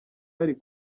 yari